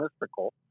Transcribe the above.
mystical